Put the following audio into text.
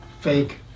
Fake